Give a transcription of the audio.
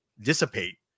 dissipate